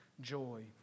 joy